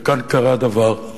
וכאן קרה דבר,